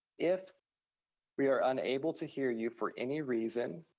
if we are unable to hear you for any reason,